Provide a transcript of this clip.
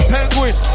Penguin